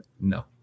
no